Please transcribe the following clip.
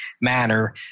manner